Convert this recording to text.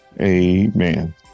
Amen